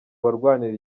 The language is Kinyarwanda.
barwanira